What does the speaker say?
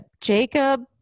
jacob